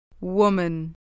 Woman